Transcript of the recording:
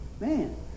Man